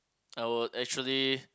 I would actually